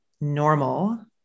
normal